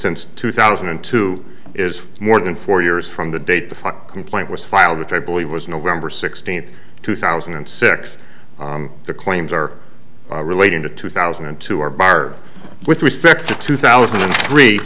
since two thousand and two is more than four years from the date the final complaint was filed which i believe was nov sixteenth two thousand and six the claims are relating to two thousand and two or bar with respect to two thousand and three